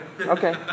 okay